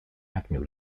agnew